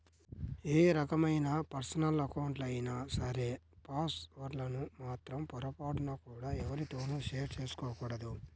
ఏ రకమైన పర్సనల్ అకౌంట్లైనా సరే పాస్ వర్డ్ లను మాత్రం పొరపాటున కూడా ఎవ్వరితోనూ షేర్ చేసుకోకూడదు